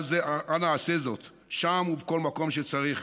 אנא עשה זאת, שם ובכל מקום שצריך,